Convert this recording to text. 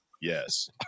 yes